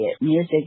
Music